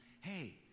hey